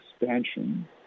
expansion